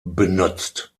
benutzt